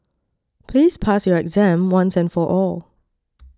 please pass your exam once and for all